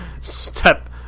step